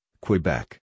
Quebec